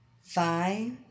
Five